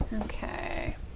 okay